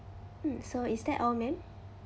mm so is that all ma'am